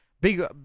Big